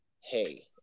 hey